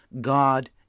God